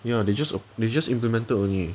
ya they just they just implemented only